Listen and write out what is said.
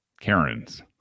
Karen's